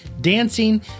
dancing